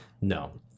No